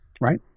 Right